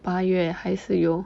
八月还是有